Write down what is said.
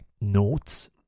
notes